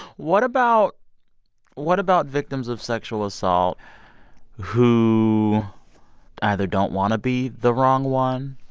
what about what about victims of sexual assault who either don't want to be the wrong one,